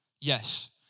Yes